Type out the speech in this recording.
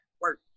work